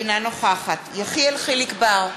אינה נוכחת יחיאל חיליק בר,